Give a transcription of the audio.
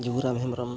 Jiburam Hembrom